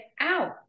out